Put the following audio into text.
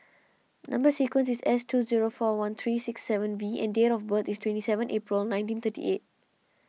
Number Sequence is S two zero four one three six seven V and date of birth is twenty seven April nineteen thirty eight